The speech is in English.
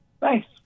thanks